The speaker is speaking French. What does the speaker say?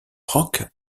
rock